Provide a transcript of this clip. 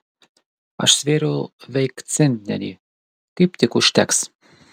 aš svėriau veik centnerį kaip tik užteks